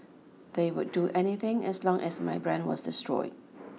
they would do anything as long as my brand was destroyed